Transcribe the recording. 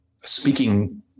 speaking